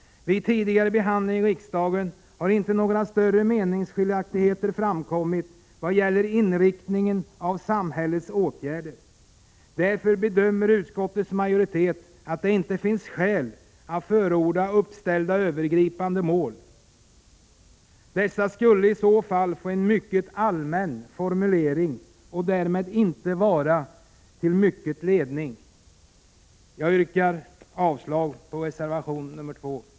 Vid tidigare behandling i riksdagen har inte några större meningsskiljaktigheter framkommit vad gäller inriktningen av samhällets åtgärder. Utskottsmajoriteten bedömer därför att det inte finns skäl att förorda uppställda övergripande mål. Dessa skulle i så fall få en mycket allmän formulering och därmed inte vara till mycket ledning. Jag yrkar avslag på reservation nr 2.